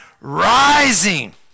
rising